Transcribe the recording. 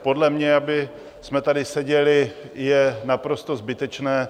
Podle mě, abychom tady seděli, je naprosto zbytečné.